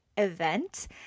event